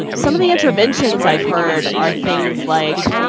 some of the interventions i have heard are things like,